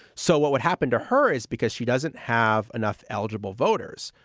so what would happen to her is because she doesn't have enough eligible voters,